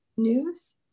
news